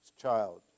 child